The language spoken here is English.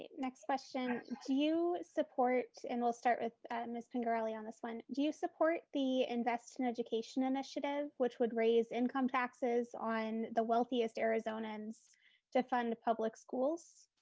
next question, do you support, and we'll start with miss pingerelli on this one. do you support the invest in education initiative which would raise income taxes on the wealthiest arizonans to fund public schools?